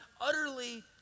utterly